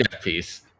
piece